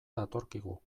datorkigu